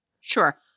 Sure